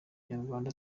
kinyarwanda